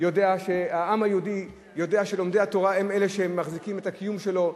העם היהודי יודע שלומדי התורה הם אלה שמחזיקים את הקיום שלו.